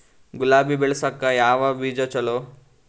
ಗುಲಾಬಿ ಬೆಳಸಕ್ಕ ಯಾವದ ಬೀಜಾ ಚಲೋ?